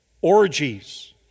orgies